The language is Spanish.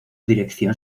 dirección